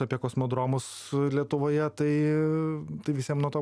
apie kosmodromus lietuvoje tai tai visiem nuo to